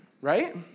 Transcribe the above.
right